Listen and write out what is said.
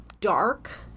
Dark